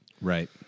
Right